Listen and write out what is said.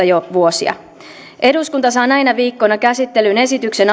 jo vuosia eduskunta saa näinä viikkoina käsittelyyn esityksen